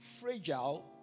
fragile